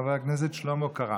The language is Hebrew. חבר הכנסת שלמה קרעי.